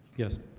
yes